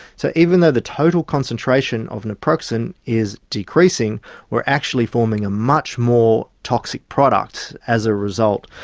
so even though the total concentration of naproxen is decreasing we're actually forming a much more toxic product as a result.